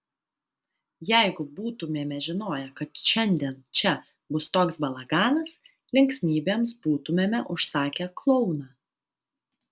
jeigu būtumėme žinoję kad šiandien čia bus toks balaganas linksmybėms būtumėme užsakę klouną